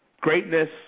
Greatness